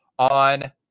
On